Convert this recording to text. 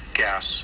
gas